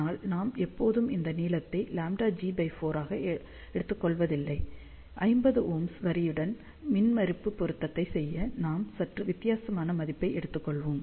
ஆனால் நாம் எப்போதும் இந்த நீளத்தை λg4 ஆக எடுத்துக்கொள்வதில்லை 50Ω வரியுடன் மின்மறுப்பு பொருத்தத்தை செய்ய நாம் சற்று வித்தியாசமான மதிப்பை எடுத்துக் கொள்வோம்